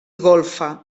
golfa